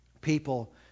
people